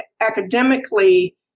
academically